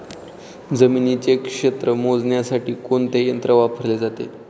जमिनीचे क्षेत्र मोजण्यासाठी कोणते यंत्र वापरले जाते?